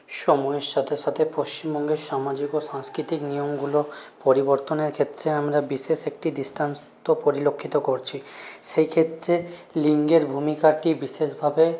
সময়ের সাথে সাথে পশ্চিমবঙ্গের সামাজিক ও সাংস্কৃতিক নিয়মগুলো পরিবর্তনের ক্ষেত্রে আমরা বিশেষ একটি দৃষ্টান্ত পরিলক্ষিত করছি সেইক্ষেত্রে লিঙ্গের ভূমিকাটি বিশেষভাবে